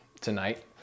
tonight